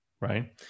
right